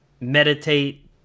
Meditate